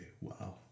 wow